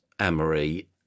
Amory